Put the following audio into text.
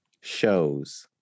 shows